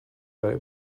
برای